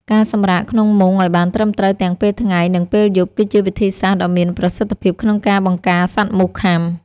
ការសម្រាកក្នុងមុងឱ្យបានត្រឹមត្រូវទាំងពេលថ្ងៃ និងពេលយប់គឺជាវិធីសាស្ត្រដ៏មានប្រសិទ្ធភាពក្នុងការបង្ការសត្វមូសខាំ។